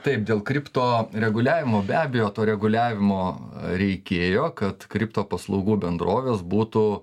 taip dėl kripto reguliavimo be abejo to reguliavimo reikėjo kad kripto paslaugų bendrovės būtų